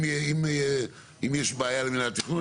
אם יש בעיה למינהל התכנון,